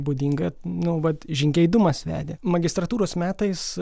būdinga nu vat žingeidumas vedė magistratūros metais